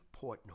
Portnoy